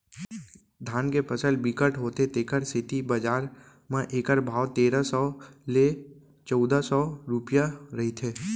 धान के फसल बिकट होथे तेखर सेती बजार म एखर भाव तेरा सव ले चउदा सव रूपिया रहिथे